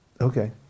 Okay